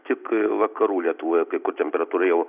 tik vakarų lietuvoje kai kur temperatūra jau